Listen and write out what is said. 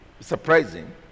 surprising